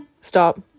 stop